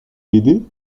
l’aider